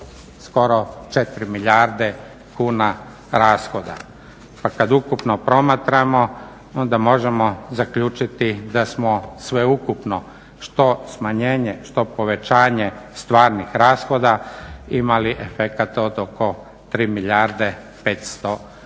skoro 4 milijarde kuna rashoda. Pa kad ukupno promatramo onda možemo zaključiti da smo sveukupno što smanjenje, što povećanje stvarnih rashoda imali efekat od oko 3 milijarde 500